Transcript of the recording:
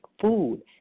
food